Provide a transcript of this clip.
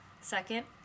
Second